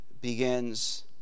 begins